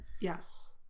Yes